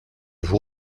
vous